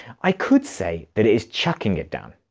i could say that it is chucking it down.